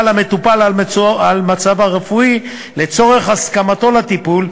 למטופל על המצב הרפואי לצורך הסכמתו לטיפול,